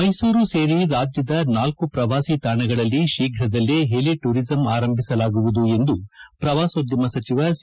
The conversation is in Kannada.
ಮೈಸೂರು ಸೇರಿ ರಾಜ್ಯದ ನಾಲ್ಲು ಪ್ರವಾಸಿ ತಾಣಗಳಲ್ಲಿ ಶೀಘದಲ್ಲೇ ಹೆಲಿ ಟೂರಿಸಂ ಆರಂಭಿಸಲಾಗುವುದು ಎಂದು ಪ್ರವಾಸೋದ್ಯಮ ಸಚಿವ ಸಿ